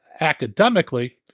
academically